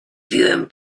piłem